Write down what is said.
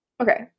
Okay